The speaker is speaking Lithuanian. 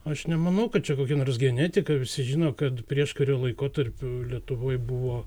aš nemanau kad čia kokia nors genetika visi žino kad prieškario laikotarpiu lietuvoj buvo